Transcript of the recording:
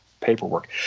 paperwork